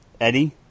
Eddie